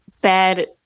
bad